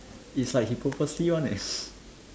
is like he purposely one eh